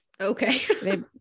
Okay